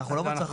אנחנו לא בצרכני.